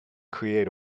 create